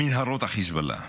במנהרות החיזבאללה.